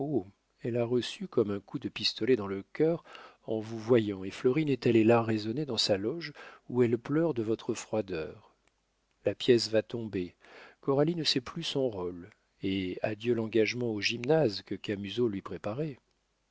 elle a reçu comme un coup de pistolet dans le cœur en vous voyant et florine est allée l'arraisonner dans sa loge où elle pleure de votre froideur la pièce va tomber coralie ne sait plus son rôle et adieu l'engagement au gymnase que camusot lui préparait